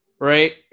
right